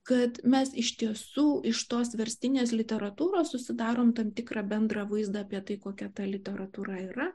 kad mes iš tiesų iš tos verstinės literatūros susidarom tam tikrą bendrą vaizdą apie tai kokia ta literatūra yra